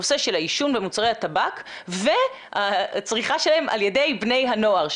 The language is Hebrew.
הנושא של עישון מוצרי טבק והצריכה שלהם על ידי בני הנוער,